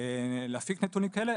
נתונים כאלה.